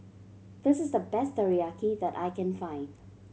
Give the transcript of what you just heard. this is the best Teriyaki that I can find